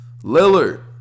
Lillard